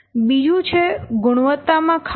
બીજું છે ગુણવત્તા માં ખામી